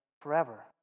forever